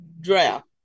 draft